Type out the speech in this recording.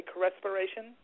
respiration